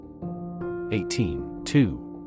18.2